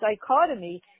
dichotomy